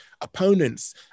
opponents